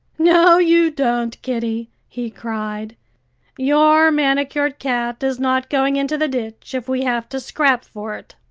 no, you don't, kiddie, he cried your manicured cat is not going into the ditch, if we have to scrap for it.